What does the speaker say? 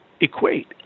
equate